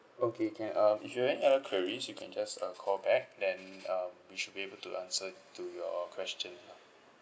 okay can um if you have any other queries you can just uh call back then um we should be able to answer to your question lah